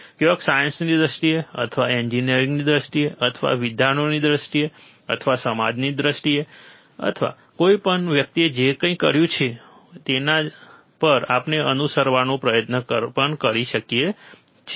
ક્યાંક સાયન્સની દ્રષ્ટિએ અથવા એન્જિનિયરિંગની દ્રષ્ટિએ અથવા વિદ્વાનોની દ્રષ્ટિએ અથવા સમાજની દ્રષ્ટિએ કોઈ પણ વ્યક્તિ જેણે કંઈક કર્યું હોય જેના પર આપણે અનુસરવાનો પ્રયત્ન પણ કરી શકીએ